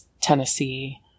Tennessee